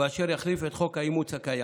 אשר יחליף את חוק האימוץ הקיים.